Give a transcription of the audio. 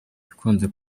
ikunze